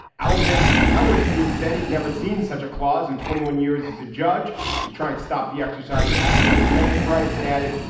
alvin hellerstein said he'd never seen such a clause in twenty one years as a judge was trying to stop the exercise of his first amendment rights and added,